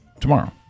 tomorrow